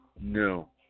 No